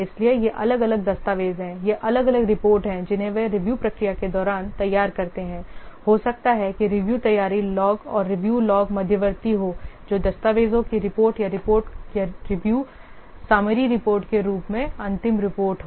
इसलिए ये अलग अलग दस्तावेज हैं ये अलग अलग रिपोर्टें हैं जिन्हें वे रिव्यू प्रक्रिया के दौरान तैयार करते हैंहो सकता है कि रिव्यू तैयारी लॉग और रिव्यू लॉग मध्यवर्ती हो जो दस्तावेजों की रिपोर्ट या रिपोर्ट या रिव्यू समरी रिपोर्ट के रूप में अंतिम रिपोर्ट हो